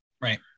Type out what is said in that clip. Right